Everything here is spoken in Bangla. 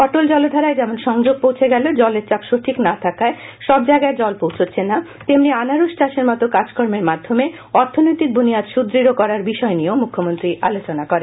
অটল জলধারায় যেমন সংযোগ পৌঁছে গেলেও জলের চাপ সঠিক না থাকায় সবজায়গায় জল পৌঁচুচ্ছে না তেমনি আনারস চাষের মতো কাজকর্মের মাধ্যমে অর্থনৈতিক বুনিয়াদ সুদৃঢ হওয়ার বিষয়টি নিয়েও মুখ্যমন্ত্রী বলেন